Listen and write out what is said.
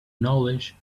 knowledge